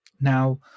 Now